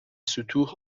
ستوه